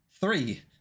three